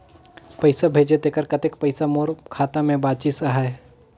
पइसा भेजे तेकर कतेक पइसा मोर खाता मे बाचिस आहाय?